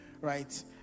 right